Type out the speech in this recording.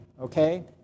okay